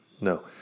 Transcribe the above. No